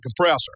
compressor